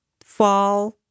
fall